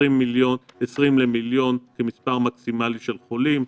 20 למיליון כמספר מקסימלי של חולים,